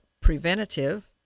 preventative